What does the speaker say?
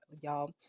y'all